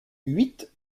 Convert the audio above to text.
huit